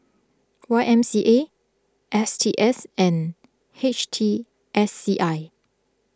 Y M C A S T S and H T S C I